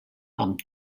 amb